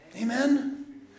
Amen